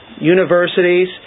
universities